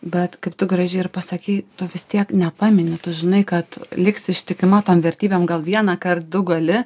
bet kaip tu gražiai ir pasakė tu vis tiek nepamini tu žinai kad liksi ištikima tom vertybėm gal vienąkart du gali